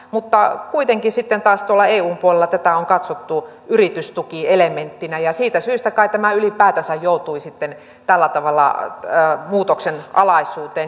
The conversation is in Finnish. mutta kuitenkin sitten taas tuolla eun puolella tätä on katsottu yritystukielementtinä ja siitä syystä kai tämä ylipäätänsä joutui sitten tällä tavalla muutoksen alaisuuteen